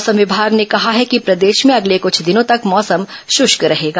मौसम विभाग ने कहा है कि प्रदेश में अगले कुछ दिन तक मौसम शुष्क रहेगा